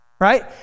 Right